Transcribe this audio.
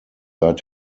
seit